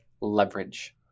Leverage